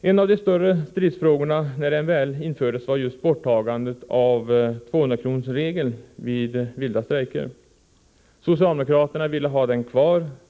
En av de större stridsfrågorna när MBL infördes var just borttagandet av 200-kronorsregeln vid vilda strejker. Socialdemokraterna ville ha den kvar.